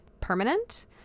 permanent